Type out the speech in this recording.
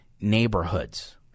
neighborhoods